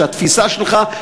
שהתפיסה שלך,